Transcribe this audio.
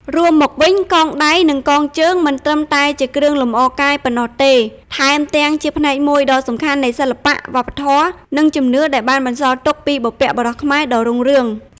រួមមកវិញ កងដៃ និងកងជើង មិនត្រឹមតែជាគ្រឿងលម្អកាយប៉ុណ្ណោះទេ ថែមទាំងជាផ្នែកមួយដ៏សំខាន់នៃសិល្បៈ វប្បធម៌ និងជំនឿដែលបានបន្សល់ទុកពីបុព្វបុរសខ្មែរដ៏រុងរឿង។